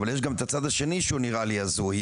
אבל יש גם את הצד השני שהוא נראה לי הזוי,